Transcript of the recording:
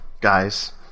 guys